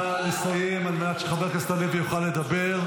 נא לסיים על מנת שחבר הכנסת הלוי יוכל לדבר.